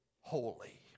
holy